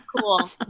cool